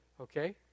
Okay